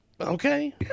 okay